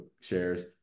shares